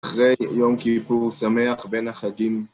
אחרי יום כיפור, שמח בין החגים.